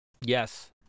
Yes